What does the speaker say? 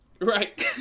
Right